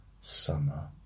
summer